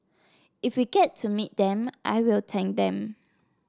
if we get to meet them I will thank them